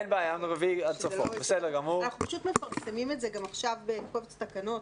אנחנו מפרסמים את זה עכשיו בקובץ תקנות.